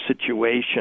situation